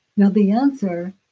now the answer